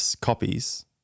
copies